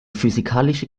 physikalische